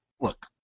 Look